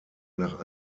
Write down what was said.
nach